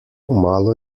malo